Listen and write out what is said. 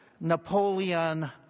Napoleon